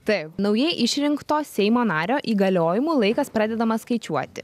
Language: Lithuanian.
taip naujai išrinkto seimo nario įgaliojimų laikas pradedamas skaičiuoti